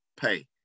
pay